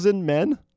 men